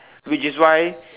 which is why